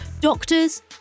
doctors